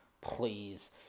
Please